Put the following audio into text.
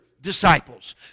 disciples